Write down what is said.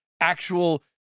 actual